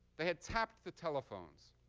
they had tapped the telephones